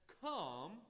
come